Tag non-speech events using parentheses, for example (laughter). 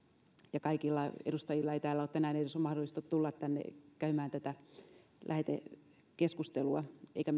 ja kaikilla edustajilla ei ole tänään edes mahdollisuutta tulla tänne käymään tätä lähetekeskustelua eikä (unintelligible)